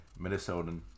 Minnesotan